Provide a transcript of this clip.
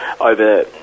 over